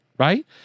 Right